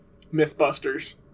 Mythbusters